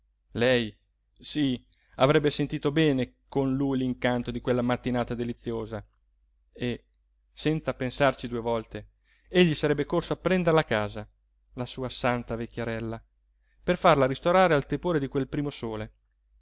lei sí avrebbe sentito bene con lui l'incanto di quella mattinata deliziosa e senza pensarci due volte egli sarebbe corso a prenderla a casa la sua santa vecchierella per farla ristorare al tepore di quel primo sole